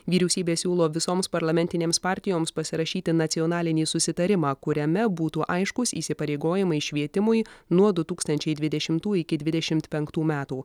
vyriausybė siūlo visoms parlamentinėms partijoms pasirašyti nacionalinį susitarimą kuriame būtų aiškūs įsipareigojimai švietimui nuo du tūkstančiai dvidešimtų iki dvidešimt penktų metų